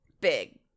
Big